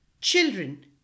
Children